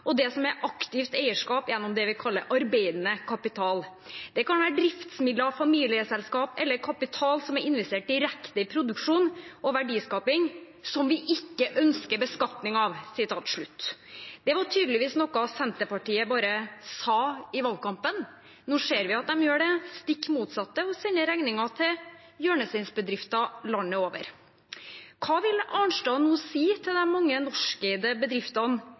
og det som er aktivt eierskap gjennom det vi kaller arbeidende kapital. Det kan være driftsmidler, familieselskaper eller kapital som er investert direkte i produksjon og verdiskaping, som vi ikke ønsker beskatning av.» Det var tydeligvis noe Senterpartiet bare sa i valgkampen, for nå ser vi at de gjør det stikk motsatte ved å sende regningen til hjørnestensbedrifter landet over. Hva vil Arnstad nå si til de mange norskeide bedriftene